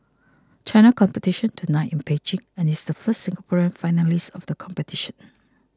China competition tonight in Beijing and is the first Singaporean finalist of the competition